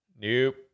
Nope